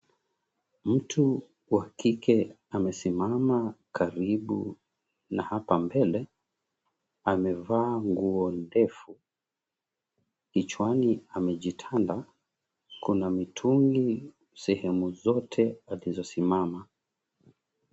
Mtu wa kike amesimama karibu na hapa mbele. Amevaa nguo ndefu. Kichwani amejitanda. Kuna mitungi sehemu zote alizosimama.